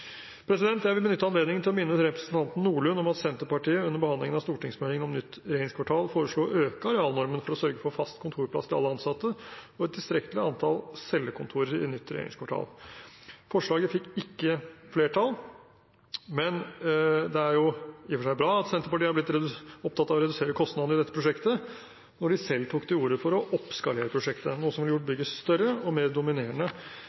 Jeg vil benytte anledningen til å minne representanten Nordlund om at Senterpartiet under behandlingen av stortingsmeldingen om nytt regjeringskvartal foreslo å øke arealnormen for å sørge for fast kontorplass til alle ansatte og et tilstrekkelig antall cellekontorer i det nye regjeringskvartalet. Forslaget fikk ikke flertall. Det er jo i og for seg bra at Senterpartiet er blitt opptatt av å redusere kostnadene i dette prosjektet når de selv tok til orde for å oppskalere prosjektet, noe som ville gjort bygget større og mer dominerende